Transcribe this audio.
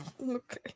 Okay